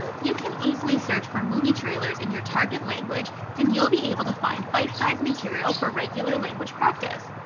you can easily search for movie trailers in your target language and you'll be able to find bite size material for regular language practice.